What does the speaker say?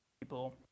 people